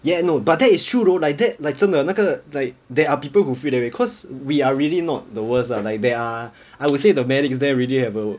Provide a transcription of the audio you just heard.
ya no but that is true though like that like 真的那个 like there are people who feel that way cause we are really not the worst lah like they are I would say the medics there really have a